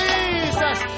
Jesus